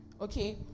okay